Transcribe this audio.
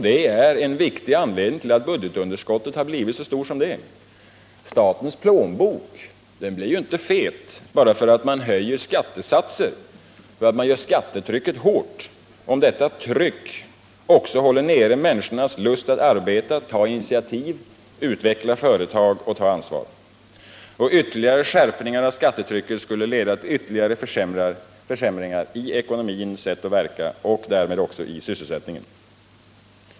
Detta är en viktig anledning till att budgetunderskottet är så stort som det är. Statens plånbok blir inte fet bara för att man höjer skattesatserna och gör skattetrycket hårt, om detta tryck håller nere människornas lust att arbeta, ta initiativ, utveckla företag och ta ansvar. Ytterligare skärpningar av skattetrycket skulle leda till ytterligare försämringar i ekonomin och därmed också för sysselsättningen.